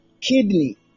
kidney